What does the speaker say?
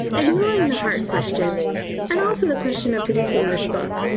ignoring the heart question and also the question of producing this book.